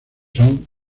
son